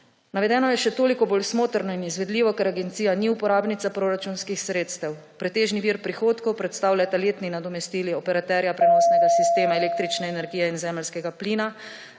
Navedeno je še toliko bolj smotrno in izvedljivo, ker agencija ni uporabnica proračunskih sredstev. Pretežni vir prihodkov predstavljata letni nadomestili operaterja prenosnega sistema električne energije in zemeljskega plina.